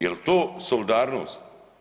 Jel to solidarnost?